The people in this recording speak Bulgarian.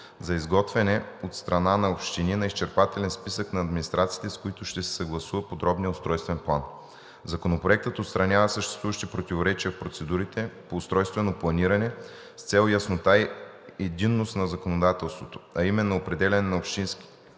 за изготвяне от страна на общините на изчерпателен списък на администрациите, с които ще се съгласува подробния устройствен план. Законопроектът отстранява съществуващи противоречия в процедурите по устройствено планиране с цел яснота и единност на законодателството, а именно определяне на Общинския